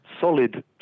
Solid